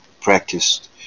practiced